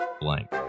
Blank